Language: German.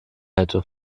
hätte